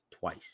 twice